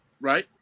Right